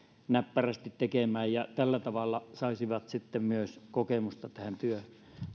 näppärästi tekemään ja tällä tavalla he saisivat sitten myös kokemusta työstä